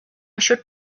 should